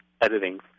editing